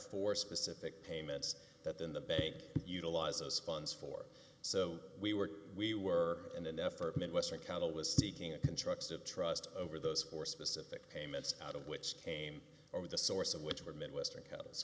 four specific payments that in the bank utilized those funds for so we were we were in an effort midwestern council was seeking a constructive trust over those or specific payments out of which came over the source of which were midwestern